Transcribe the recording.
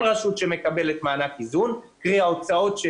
כל רשות שמקבל מענק איזון שהוצאותיה